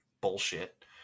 bullshit